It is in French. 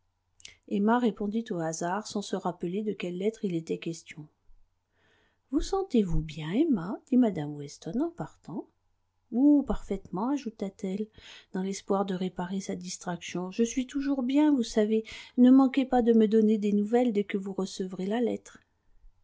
emma répondit au hasard sans se rappeler de quelle lettre il était question vous sentez-vous bien emma dit mme weston en partant oh parfaitement ajouta-t-elle dans l'espoir de réparer sa distraction je suis toujours bien vous savez ne manquez pas de me donner des nouvelles dès que vous recevrez la lettre